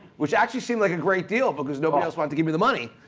which actually seemed like a great deal because nobody else wanted to give me the money,